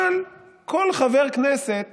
אבל כל חבר כנסת